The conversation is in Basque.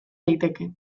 daiteke